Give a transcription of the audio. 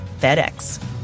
FedEx